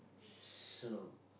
so